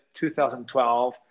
2012